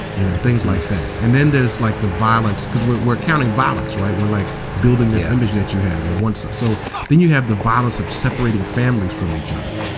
you know, things like that. and then there's like the violence, because we're we're counting violence, right? we're like building this image that you have, on one side. so so then you have the violence of separating families from each other.